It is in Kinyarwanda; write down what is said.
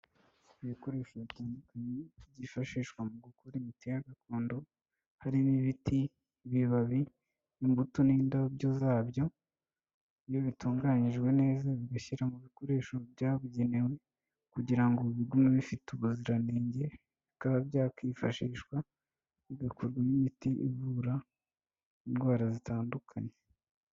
Ibikoresho bitandukanye byifashishwa mu gukora imiti ya gakondo harimo ibiti, ibibabi, n'imbuto n'indabyo zabyo iyo bitunganyijwe neza bigashyira mu bikoresho byabugenewe kugira ngo bigume bifite ubuziranenge bikaba byakwifashishwa bigakorwamo imiti ivura indwara zitandukanye.